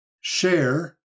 share